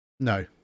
No